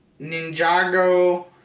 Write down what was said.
Ninjago